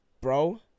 bro